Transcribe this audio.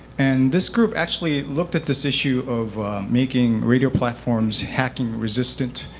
and this group actually looked at this issue of making radio platforms hacking resistant,